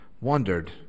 wondered